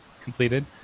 completed